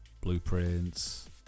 blueprints